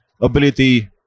ability